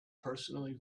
personally